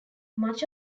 much